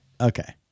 Okay